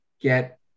get